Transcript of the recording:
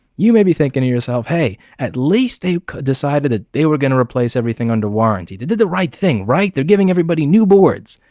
you may be thinking to yourself hey at least they've decided ah they were gonna replace everything under warranty. they did the right thing right? they're giving everybody new boards!